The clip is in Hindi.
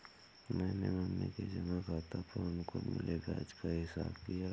मैंने मम्मी के जमा खाता पर उनको मिले ब्याज का हिसाब किया